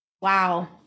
wow